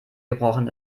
gebrochen